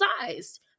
sized